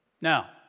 Now